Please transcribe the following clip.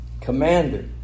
commander